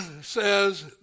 says